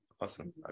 awesome